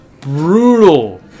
Brutal